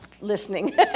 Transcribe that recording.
listening